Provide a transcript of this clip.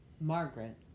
Margaret